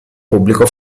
pubblico